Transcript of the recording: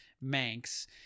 Manx